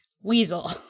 weasel